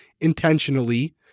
intentionally